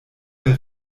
der